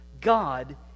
God